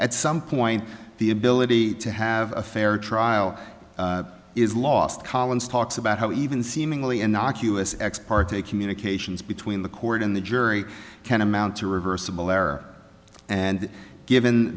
at some point the ability to have a fair trial is lost collins talks about how even seemingly innocuous ex parte communications between the court in the jury can amount to reversible error and given